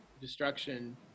destruction